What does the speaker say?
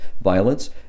violence